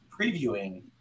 previewing